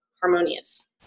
harmonious